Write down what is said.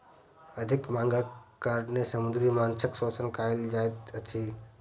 अधिक मांगक कारणेँ समुद्री माँछक शोषण कयल जाइत अछि